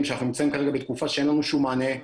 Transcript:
שאנחנו נמצאים כרגע בתקופה שאין לנו שום מענה,